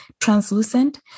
translucent